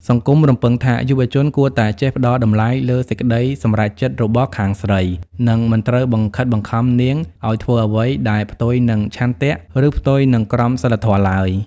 សង្គមរំពឹងថា យុវជនគួរតែចេះផ្ដល់តម្លៃលើសេចក្ដីសម្រេចចិត្តរបស់ខាងស្រី និងមិនត្រូវបង្ខិតបង្ខំនាងឱ្យធ្វើអ្វីដែលផ្ទុយនឹងឆន្ទៈ ឬផ្ទុយនឹងក្រមសីលធម៌ឡើយ។